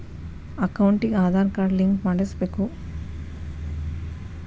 ಅಕೌಂಟಿಗೆ Aadhaar card link ಮಾಡಿಸಬೇಕು?